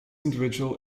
individual